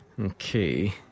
Okay